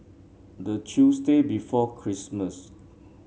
the Tuesday before Christmas